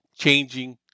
Changing